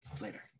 Later